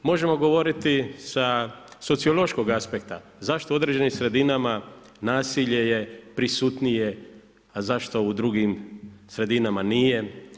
Možemo govoriti sa sociološkog aspekta, zašto u određenim sredinama nasilje je prisutnije, a zašto u drugim sredinama nije.